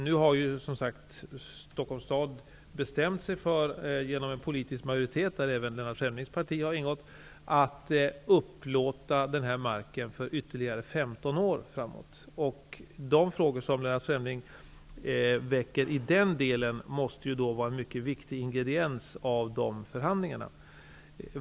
Nu har, som sagt, Stockholms stad genom en politisk majoritet där även Lennart Fremlings parti har ingått bestämt sig för att upplåta denna mark för ytterligare 15 år framåt. De frågor som Lennart Fremling väcker i den delen måste vara en mycket viktig ingrediens i de förhandlingarna.